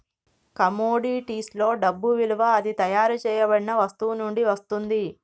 కమోడిటీస్లో డబ్బు విలువ అది తయారు చేయబడిన వస్తువు నుండి వస్తుంది